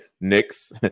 Knicks